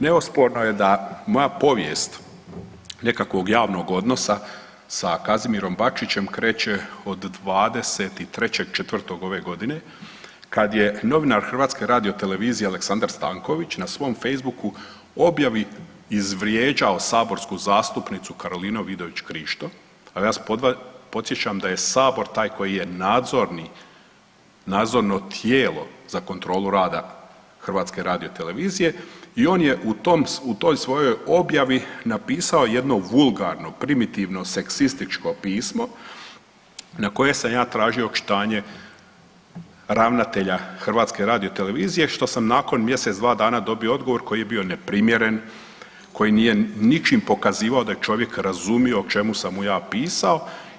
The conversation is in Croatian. Neosporno je da moja povijest nekakvog javnog odnosa sa Kazimirom Bačićem kreće od 23.4. ove godine kada je novinar HRT-a Aleksandar Stanković na svom Facebooku objavi izvrijeđao saborsku zastupnicu Karolinu Vidović Krišto, a ja vas podsjećam da je Sabor taj koji je nadzorno tijelo za kontrolu rada HRT-a i on je u toj svojoj objavi napisao jedno vulgarno, primitivno, seksističko pismo na koje sam ja tražio očitanje ravnatelja HRT-a što sam nakon mjesec, dva dana dobio odgovor koji je bio neprimjeren, koji nije ničim pokazivao da je čovjek razumio o čemu sam mu ja pisao.